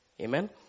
Amen